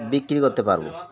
বিক্রি করতে পারবো